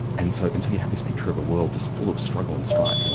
and so and so you had this picture of a world just full of struggle and strife, you know